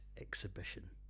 exhibition